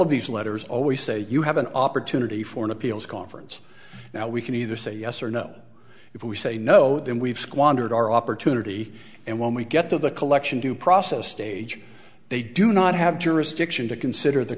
of these letters always say you have an opportunity for an appeals conference now we can either say yes or no if we say no then we've squandered our opportunity and when we get to the collection due process stage they do not have jurisdiction to consider the